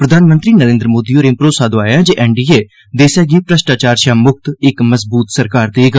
प्रधानमंत्री नरेन्द्र मोदी होरें भरोसा दोआया ऐ जे एनडीए देसै गी भ्रष्टाचार शा मुक्त इक मजबूत सरकार देग